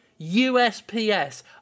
USPS